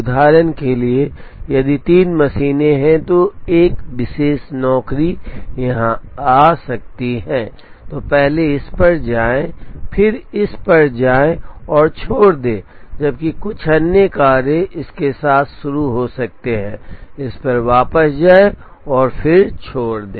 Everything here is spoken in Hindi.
उदाहरण के लिए यदि 3 मशीनें हैं तो एक विशेष नौकरी यहां आ सकती है तो पहले इस पर जाएं फिर इस पर जाएं और छोड़ दें जबकि कुछ अन्य कार्य इसके साथ शुरू हो सकते हैं इस पर वापस जाएं और फिर छोड़ दें